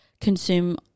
consume